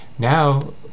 now